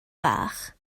fach